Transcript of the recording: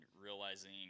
realizing